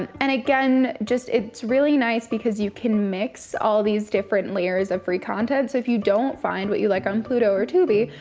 and and again, just, it's really nice because you can mix all these different layers of free content, so if you don't find what you like on pluto or tubi,